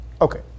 Okay